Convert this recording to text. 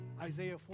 Isaiah